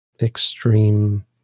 extreme